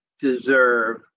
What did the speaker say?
deserve